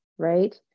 right